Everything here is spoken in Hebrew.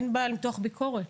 אין בעיה למתוח ביקורת,